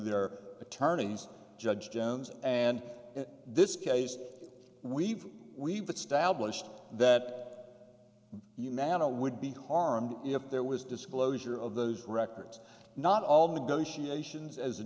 their attorneys judge jones and in this case we've we've established that umatilla would be harmed if there was disclosure of those records not all negotiations as a